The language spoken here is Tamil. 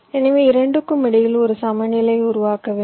எனவே 2 க்கும் இடையில் ஒரு சமநிலையை உருவாக்க வேண்டும்